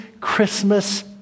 christmas